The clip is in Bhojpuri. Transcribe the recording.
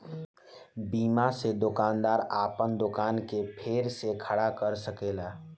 बीमा से दोकानदार आपन दोकान के फेर से खड़ा कर सकेला